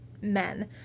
men